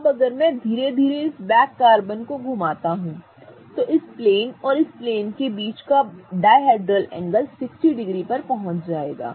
अब अगर मैं धीरे धीरे इस बैक कार्बन को घुमाता हूं तो इस प्लेन और इस प्लेन के बीच का डायहेड्रल एंगल 60 डिग्री तक पहुंच जाएगा